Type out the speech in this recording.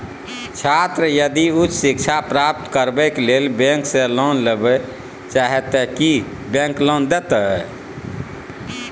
छात्र यदि उच्च शिक्षा प्राप्त करबैक लेल बैंक से लोन लेबे चाहे ते की बैंक लोन देतै?